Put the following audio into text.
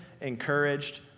encouraged